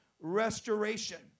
restoration